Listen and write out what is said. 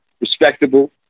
respectable